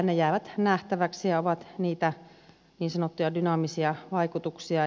ne jäävät nähtäväksi ja ovat niitä niin sanottuja dynaamisia vaikutuksia